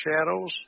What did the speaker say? shadows